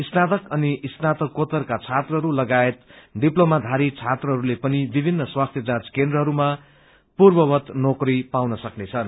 स्नातक अनि स्नातकोत्ताका छात्रहरू लागायत डिप्लोमाधारी छात्रहरूले पनि विभिन्न स्वास्थ्य जाँच केन्द्रहरूमा पूर्ववत नौकरी पाउन सक्नेछन्